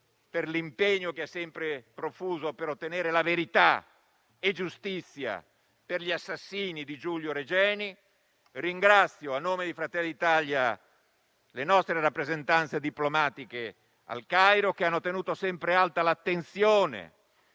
per l'impegno che ha sempre profuso per ottenere la verità e la giustizia per gli assassini di Giulio Regeni. Ringrazio, a nome di Fratelli d'Italia, le nostre rappresentanze diplomatiche a Il Cairo, che hanno tenuto sempre alta l'attenzione